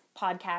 podcast